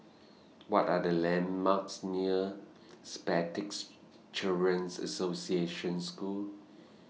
What Are The landmarks near Children's Association School